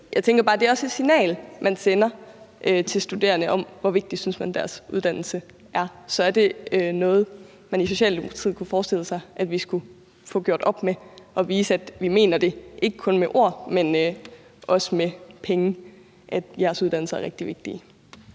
jeg tænker bare, at det også er et signal, man sender til de studerende om, hvor vigtig man synes deres uddannelse er. Så er det noget, man i Socialdemokratiet kunne forestille sig at vi skulle få gjort op med, så vi kan vise, at vi mener, at deres uddannelser er rigtig vigtige,